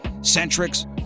Centric's